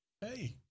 Hey